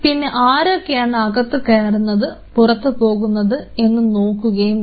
പിന്നെ ആരൊക്കെയാണ് അകത്തു കയറുന്നത് പുറത്തു പോകുന്നത് എന്ന് നോക്കുകയും ചെയ്യണം